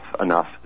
enough